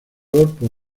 por